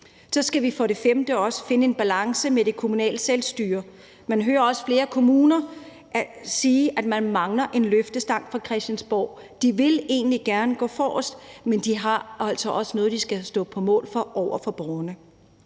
omstilling. Vi skal også finde en balance med det kommunale selvstyre. Man hører flere kommuner sige, at man mangler en løftestang fra Christiansborg; de vil egentlig gerne gå forrest, men de har altså også noget, de skal stå på mål for over for borgerne.